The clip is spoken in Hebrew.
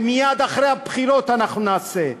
ומייד אחרי הבחירות אנחנו נעשה: